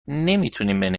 نمیتونین